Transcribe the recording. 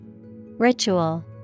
Ritual